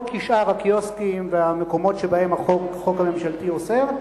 לא כשאר הקיוסקים והמקומות שבהם החוק הממשלתי אוסר,